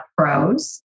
pros